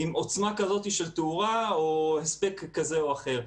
עם עוצמה כזאת וכזאת של תאורה או הספק כזה או אחר.